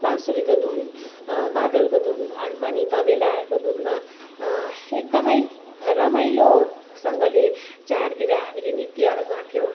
बाँसुरीको धुन मादलको धुन हारमनी तबेलाहरूको धुनमा एकदमै रमइलोसँगले चाडतिर हामीले नृत्यहरू गर्थ्यौँ